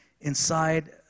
inside